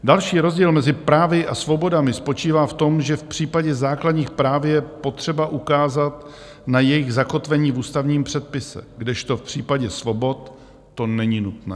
Další rozdíl mezi právy a svobodami spočívá v tom, že v případě základních práv je potřeba ukázat na jejich zakotvení v ústavním předpise, kdežto v případě svobod to není nutné.